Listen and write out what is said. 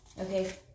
Okay